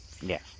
Yes